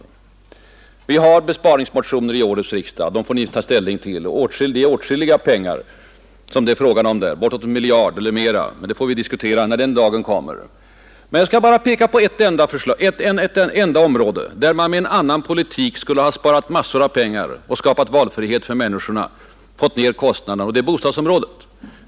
På det vill jag svara att vi har besparingsmotioner till årets riksdag som vi har att ta ställning till. Det gäller besparingar på bortåt en miljard kronor. Men dessa motioner får vi diskutera den dag de kommer upp på kammarens bord. Får jag bara peka på ett enda område där man med en annan politik skulle ha kunnat spara massor av pengar och skapat valfrihet för människorna, nämligen bostadsfrågan.